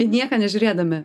į nieką nežiūrėdami